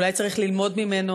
אולי צריך ללמוד ממנו,